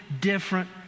different